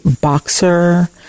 boxer